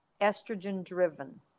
estrogen-driven